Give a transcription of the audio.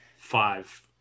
five